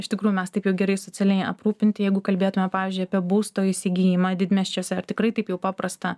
iš tikrųjų mes taip jau gerai socialiai aprūpinti jeigu kalbėtume pavyzdžiui apie būsto įsigijimą didmiesčiuose ar tikrai taip jau paprasta